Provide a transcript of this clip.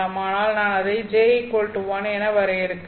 ஆனால் நான் அதை j1 என்று வரையறுக்கிறேன்